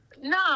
No